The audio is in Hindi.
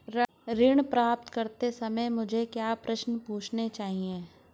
ऋण प्राप्त करते समय मुझे क्या प्रश्न पूछने चाहिए?